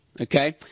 Okay